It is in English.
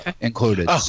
included